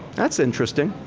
that's interesting,